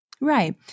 right